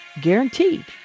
guaranteed